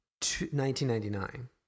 1999